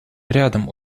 рядом